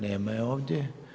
Nema je ovdje.